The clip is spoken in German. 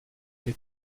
hier